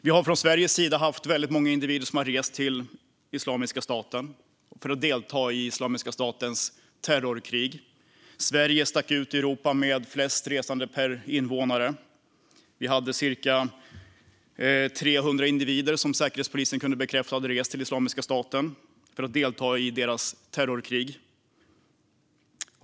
Många individer reste från Sverige till Islamiska staten för att delta i dess terrorkrig. Sverige stack ut i Europa med flest resande i förhållande till antal invånare. Säkerhetspolisen kunde bekräfta att cirka 300 individer reste till Islamiska staten för att delta i detta terrorkrig.